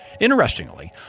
Interestingly